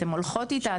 אתן הולכות איתה,